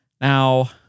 Now